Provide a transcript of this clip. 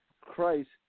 Christ